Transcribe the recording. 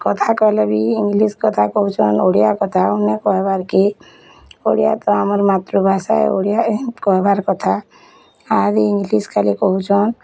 କଥା କହେଲେ ବି ଇଂଲିସ୍ କଥା କହୁଛନ୍ ଓଡ଼ିଆ କଥା ଆଉ ନାଇଁ କହେବାର୍ କେ ଓଡ଼ିଆ ତ ଆମର୍ ମାତୃଭାଷା ଏ ଓଡ଼ିଆ ହିଁ କହେବାର୍ କଥା ଆର୍ ଇଂଲିସ୍ ଖାଲି କହୁଛନ୍